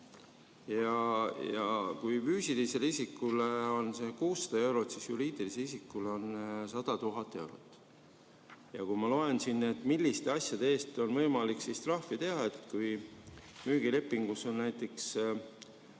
Kui füüsilisele isikule on see 600 eurot, siis juriidilisele isikule on 100 000 eurot. Ma loen siit, milliste asjade eest on võimalik trahvi teha. Kui müügilepingus on näiteks